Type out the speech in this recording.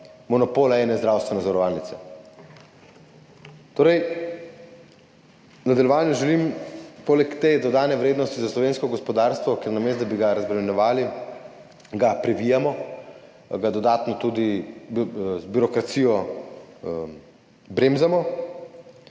monopola ene zdravstvene zavarovalnice. V nadaljevanju želim poleg te dodane vrednosti za slovensko gospodarstvo, ker namesto da bi ga razbremenjevali, ga privijamo, ga dodatno tudi z birokracijo zaviramo,